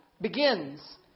begins